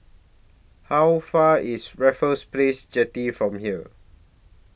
How Far away IS Raffles Place Jetty from here